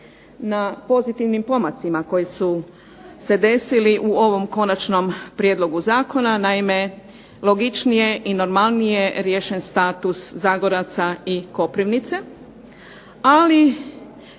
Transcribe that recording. na pozitivnim pomacima koji su se desili u ovom konačnom prijedlogu zakona. Naime, logičnije je i normalnije riješen status zagoraca i Koprivnice. Ali